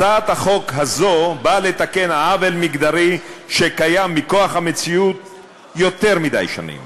הצעת החוק הזו באה לתקן עוול מגדרי שקיים מכוח המציאות יותר מדי שנים.